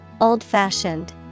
Old-fashioned